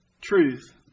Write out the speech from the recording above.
truth